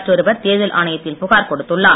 மற்றொருவர் தேர்தல் ஆணையத்தில் புகார் கொடுத்துள்ளார்